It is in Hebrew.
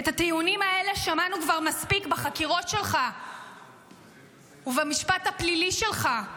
את הטיעונים האלה שמענו כבר מספיק בחקירות שלך ובמשפט הפלילי שלך.